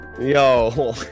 yo